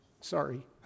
sorry